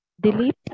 Delete